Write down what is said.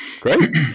Great